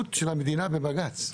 התחייבות של המדינה בבג"ץ.